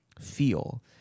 feel